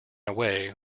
away